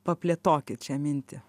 paplėtokit šią mintį